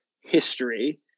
history